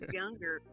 younger